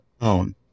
own